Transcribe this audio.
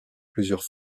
plusieurs